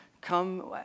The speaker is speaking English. come